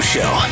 Show